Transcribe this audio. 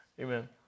Amen